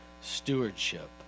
stewardship